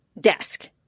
desk